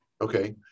Okay